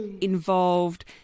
involved